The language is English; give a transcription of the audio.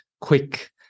quick